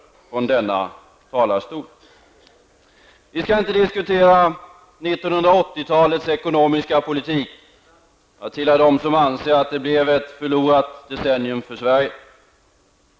Vi skall inte diskutera 1980-talets ekonomiska politik. Jag tillhör dem som anser att det blev ett förlorat decennium för Sverige.